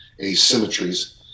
asymmetries